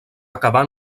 acabar